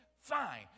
fine